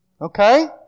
Okay